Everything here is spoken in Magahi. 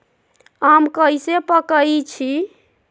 आम कईसे पकईछी?